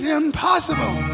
impossible